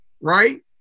right